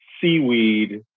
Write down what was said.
seaweed